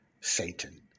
Satan